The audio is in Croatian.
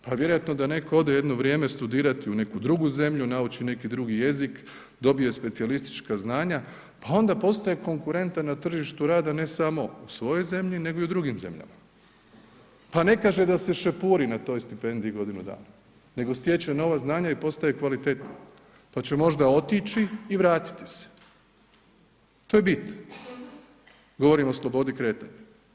Pa vjerojatno da neko ode jedno vrijeme studirati u neku drugu zemlju, nauči neki drugi jezik, dobije specijalistička znanja, pa onda postaje konkurentan na tržištu rada, ne samo u svojoj zemlji nego i u drugim zemljama, pa ne kaže da se šepuri na toj stipendiji godinu dana, nego stječe nova znanja i postaje kvalitetniji, pa će možda otići i vratiti se, to je bit, govorimo o slobodi kretanja.